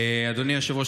אדוני היושב-ראש,